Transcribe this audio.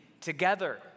together